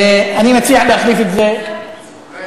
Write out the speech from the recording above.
אני מציע להעביר את זה לוועדה,